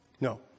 No